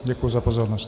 Děkuji za pozornost.